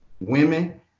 Women